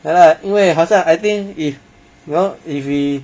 ya lah 因为好像 I think if you know if we